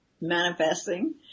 manifesting